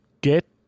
get